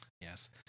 Yes